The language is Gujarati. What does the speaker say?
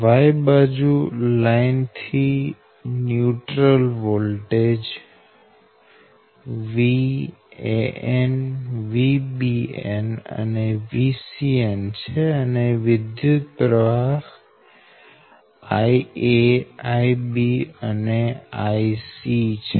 Y બાજુ લાઈન થી ન્યુટ્રલ વોલ્ટેજ VAnVBnઅને VCnછે અને વિદ્યુતપ્રવાહ IA IB અને IC છે